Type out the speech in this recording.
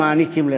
הם מעניקים לך.